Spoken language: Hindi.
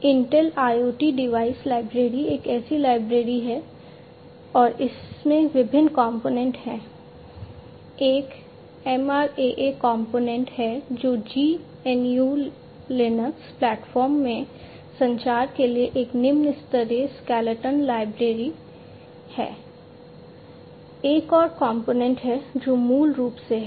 इंटेल IoT डिवाइस लाइब्रेरी एक ऐसी लाइब्रेरी है और इसमें विभिन्न कंपोनेंट है